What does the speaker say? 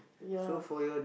ya